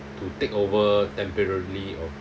to take over temporarily or